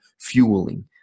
fueling